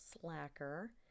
slacker